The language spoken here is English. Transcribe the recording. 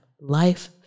Life